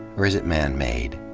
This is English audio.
or is it man-made?